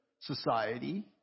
society